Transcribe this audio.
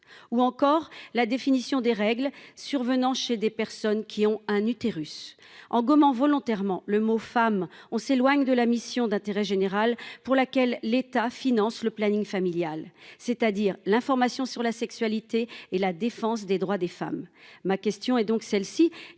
ou encore la définition des règles survenant chez des personnes qui ont un utérus en gommant volontairement le mot femmes on s'éloigne de la mission d'intérêt général pour laquelle l'État finance le planning familial, c'est-à-dire l'information sur la sexualité et la défense des droits des femmes. Ma question est donc celle-ci,